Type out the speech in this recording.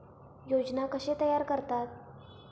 योजना कशे तयार करतात?